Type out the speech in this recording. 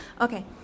Okay